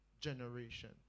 generation